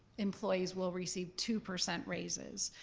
employees will receive two percent raises.